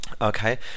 Okay